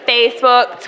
Facebook